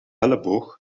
elleboog